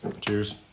Cheers